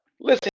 Listen